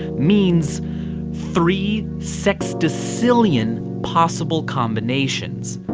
means three sextillion possible combinations.